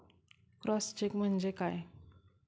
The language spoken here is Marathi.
क्रॉस चेक म्हणजे काय?